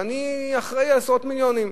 ואני אחראי לעשרות מיליונים.